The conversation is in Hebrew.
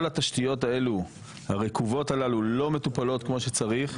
כל התשתיות הרקובות הללו לא מטופלות כמו שצריך.